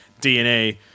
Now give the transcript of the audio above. DNA